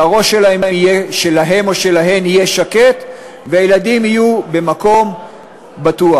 שהראש שלהם או שלהן יהיה שקט והילדים יהיו במקום בטוח.